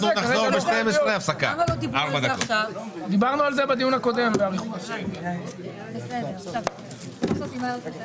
בשעה 12:00. הישיבה ננעלה בשעה